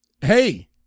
Hey